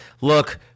look